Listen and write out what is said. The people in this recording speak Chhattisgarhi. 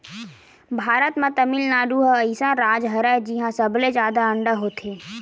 भारत म तमिलनाडु ह अइसन राज हरय जिंहा सबले जादा अंडा होथे